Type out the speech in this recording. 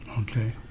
Okay